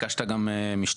ביקשת גם משטרה.